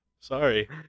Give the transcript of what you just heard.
Sorry